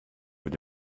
mit